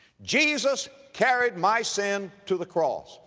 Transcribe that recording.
jesus carried my sin to the cross.